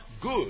good